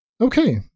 okay